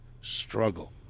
struggle